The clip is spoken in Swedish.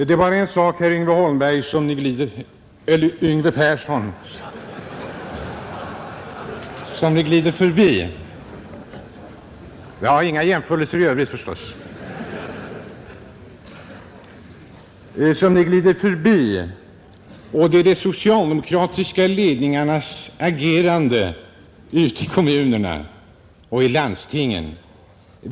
Det är en sak, herr Yngve Persson, som Ni glider förbi, nämligen de socialdemokratiska ledningarnas agerande ute i kommunerna och i landstingen.